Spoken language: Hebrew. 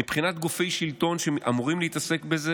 מבחינת גופי שלטון שאמורים להתעסק בזה,